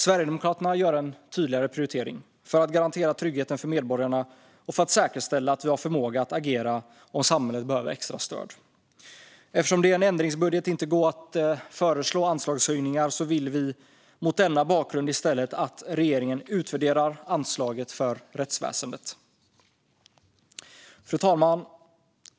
Sverigedemokraterna gör en tydligare prioritering för att garantera tryggheten för medborgarna och för att säkerställa att vi har förmåga att agera om samhället behöver extra stöd. Mot bakgrund av att det i en ändringsbudget inte går att föreslå anslagshöjningar vill vi i stället att regeringen utvärderar anslaget för rättsväsendet. Fru talman!